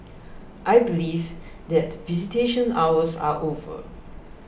I believe that visitation hours are over